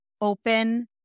open